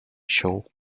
show